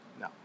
No